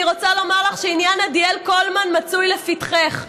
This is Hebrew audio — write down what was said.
אני רוצה לומר לך שעניין עדיאל קולמן מצוי לפתחך.